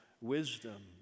wisdom